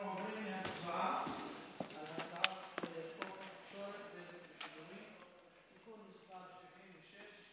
אנחנו עוברים להצבעה על הצעת חוק התקשורת (בזק ושידורים) (תיקון מס' 76)